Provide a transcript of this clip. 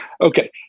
Okay